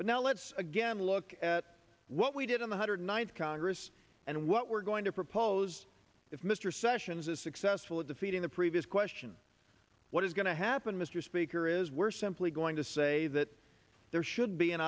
but now let's again look at what we did in one hundred ninth congress and what we're going to propose if mr sessions is successful at defeating the previous question what is going to happen mr speaker is we're simply going to say that there should be an